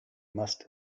must